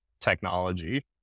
technology